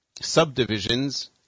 subdivisions